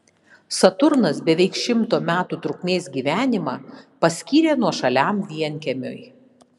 saturnas beveik šimto metų trukmės gyvenimą paskyrė nuošaliam vienkiemiui